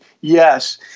yes